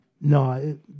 no